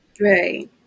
right